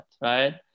right